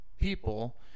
people